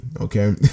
okay